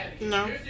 No